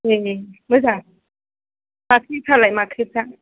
ए मोजां माख्रिफ्रालाय माख्रिफ्रा